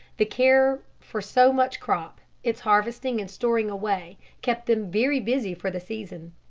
the care for so much crop, its harvesting and storing away, kept them very busy for the season.